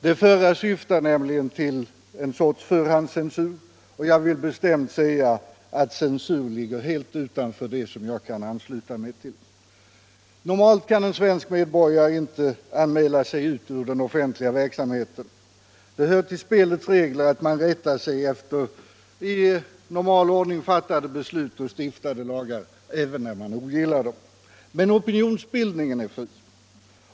Det förra syftar nämligen till en sorts förhands Nr 110 censur. Jag vill bestämt säga att censur ligger helt utanför det som Tisdagen den jag kan ansluta mig till. 27 april 1976 Normalt kan en svensk medborgare inte mäla sig ut ur den offentliga —:C7Z verksamheten. Det hör till spelets regler att man rättar sig efter i normal — Om åtgärder för att ordning fattade beslut och stiftade lagar även när man ogillar dem. Men = förhindra inspelning opinionsbildningen är fri.